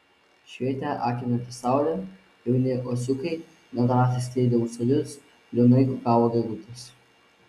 švietė akinanti saulė jauni uosiukai nedrąsiai skleidė ūselius liūdnai kukavo gegutės